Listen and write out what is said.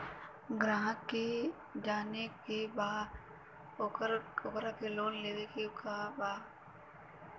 ग्राहक के ई जाने के बा की ओकरा के लोन लेवे के बा ऊ कैसे मिलेला?